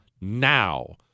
now